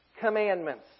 commandments